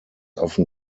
often